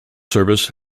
service